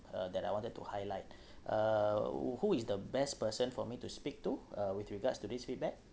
uh that I wanted to highlight uh who is the best person for me to speak to uh with regards to this feedback